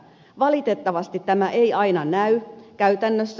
valitettavasti tämä ei aina näy käytännössä